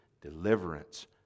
deliverance